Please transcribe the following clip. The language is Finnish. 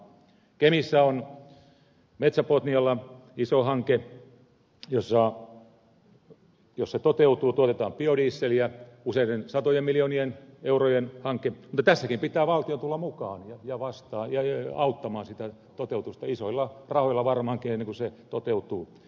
kemissä on metsä botnialla iso hanke jossa jos se toteutuu tuotetaan biodieseliä useiden satojen miljoonien eurojen hanke mutta tässäkin pitää valtion tulla mukaan ja vastaan ja auttamaan sitä toteutusta isoilla rahoilla varmaankin ennen kuin se toteutuu